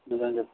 मोजांजोब